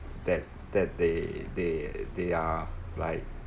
that that they they they are like